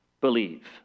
believe